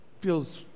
feels